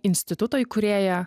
instituto įkūrėja